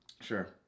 Sure